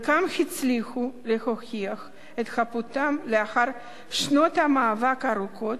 חלקם הצליחו להוכיח את חפותם לאחר שנות מאבק ארוכות,